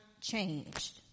changed